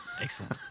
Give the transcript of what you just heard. Excellent